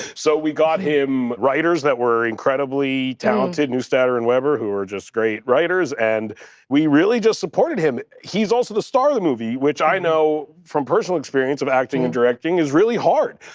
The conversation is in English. so we got him writers that were incredibly talented, neustadter and weber, who are just great writers, and we really just supported him. he's also the star of the movie, which i know from personal experience of acting and directing, is really hard,